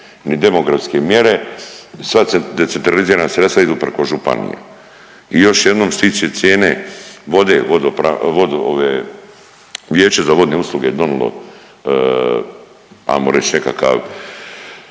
ni demografske mjere. Sva decentralizirana sredstva idu preko županija. I još jednom stići će cijene vode, ove Vijeće za vodne usluge je donijelo hajmo reći nekakav